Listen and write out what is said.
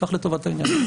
כך לטובת העניין.